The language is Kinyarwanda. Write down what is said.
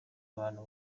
abantu